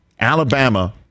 Alabama